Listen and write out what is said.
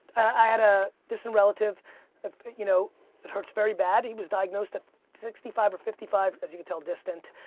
i had a distant relative you know it hurts very bad. he was diagnosed at sixty five or fifty five as you can tell distant.